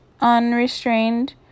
unrestrained